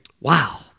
Wow